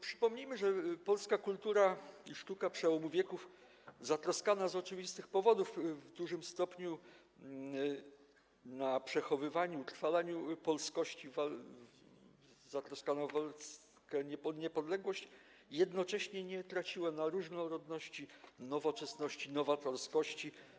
Przypomnijmy, że polska kultura i sztuka przełomu wieków zatroskana z oczywistych powodów w dużym stopniu o przechowywanie, utrwalanie polskości, zatroskana o polską niepodległość jednocześnie nie straciła na różnorodności, nowoczesności, nowatorskości.